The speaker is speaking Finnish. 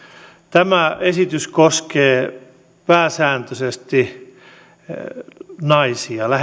tämä esitys koskee pääsääntöisesti naisia